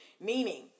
Meaning